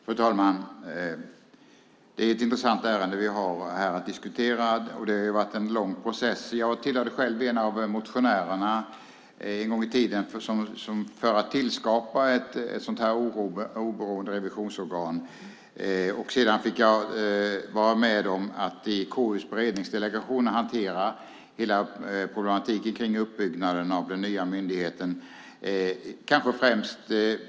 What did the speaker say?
Fru talman! Det är ett intressant ärende vi har att diskutera, och det har varit en lång process. Jag tillhörde en gång i tiden en av dem som motionerade om att skapa ett oberoende revisionsorgan. Sedan fick jag vara med om att i KU:s beredningsdelegation hantera hela problemet med uppbyggnaden av den nya myndigheten.